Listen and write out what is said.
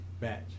Batch